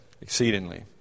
exceedingly